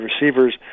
receivers